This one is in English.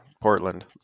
Portland